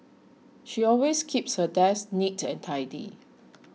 she always keeps her desk neat and tidy